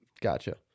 gotcha